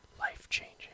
life-changing